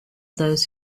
those